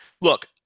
look